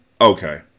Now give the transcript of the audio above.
Okay